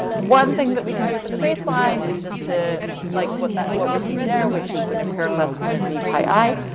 one thing that we can do for the baseline, is just to like what that what we're seeing there, which is an empirical estimate of v pi i.